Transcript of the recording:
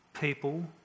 people